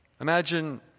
Imagine